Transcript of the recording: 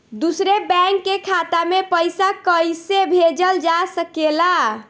दूसरे बैंक के खाता में पइसा कइसे भेजल जा सके ला?